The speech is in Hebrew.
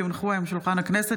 כי הונחו היום על שולחן הכנסת,